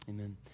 Amen